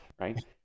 right